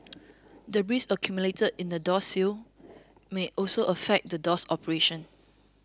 debris accumulated in the door sill may also affect the door's operation